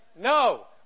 No